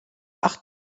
acht